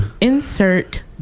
Insert